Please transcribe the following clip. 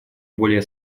более